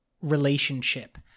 relationship